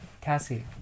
cassie